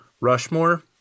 Rushmore